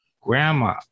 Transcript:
Grandma